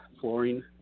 flooring